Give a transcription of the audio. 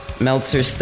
Meltzer